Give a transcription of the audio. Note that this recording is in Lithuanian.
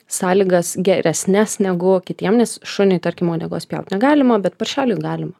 sąlygas geresnes negu kitiem nes šuniui tarkim uodegos pjaut negalima bet paršelis galima